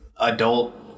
adult